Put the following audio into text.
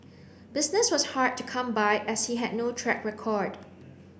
business was hard to come by as he had no track record